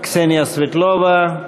קסניה סבטלובה,